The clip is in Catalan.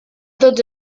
tots